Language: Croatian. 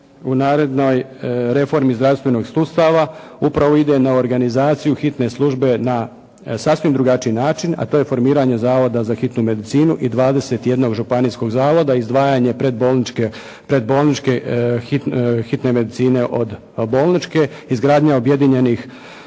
u narednoj reformi zdravstvenog sustava upravo ide na organizaciju hitne službe na sasvim drugačiji način, a to je formiranje Zavoda za hitnu medicinu i 21 županijskog zavoda, izdvajanje predbolničke hitne medicine od bolničke, izgradnja objedinjenih